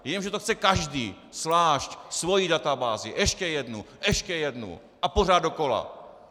Jenže to chce každý zvlášť, svoji databázi, ještě jednu, ještě jednu a pořád dokola!